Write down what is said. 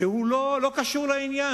הוא לא קשור לעניין,